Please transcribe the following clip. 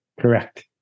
Correct